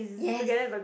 yes